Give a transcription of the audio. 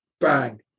bang